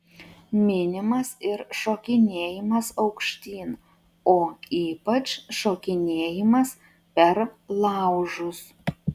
minimas ir šokinėjimas aukštyn o ypač šokinėjimas per laužus